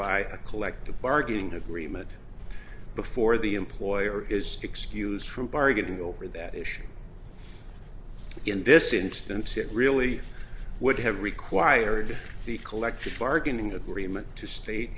by a collective bargaining agreement before the employer is excused from bargaining over that issue in this instance it really would have required the collective bargaining agreement to state